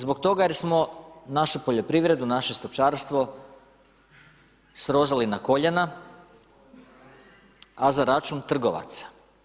Zbog toga jer smo našu poljoprivredu, naše stočarstvo srozali na koljena a za račun trgovaca.